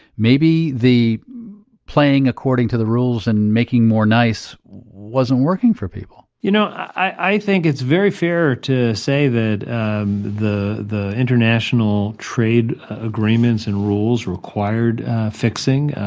maybe playing according to the rules and making more nice wasn't working for people? you know i think it's very fair to say that um the the international trade agreements and rules required fixing.